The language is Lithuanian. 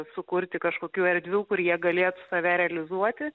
sukurti kažkokių erdvių kur jie galėtų save realizuoti